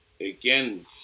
Again